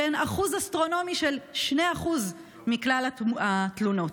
שהן אחוז אסטרונומי של 2% מכלל התלונות.